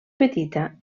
petita